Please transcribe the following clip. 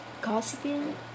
gossiping